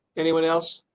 anyone else.